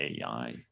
AI